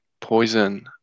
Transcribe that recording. poison